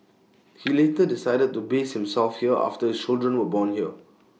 he later decided to base himself here after children were born here